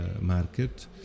market